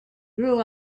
grew